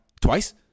twice